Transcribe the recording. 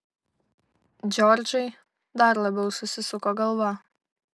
džordžai dar labiau susisuko galva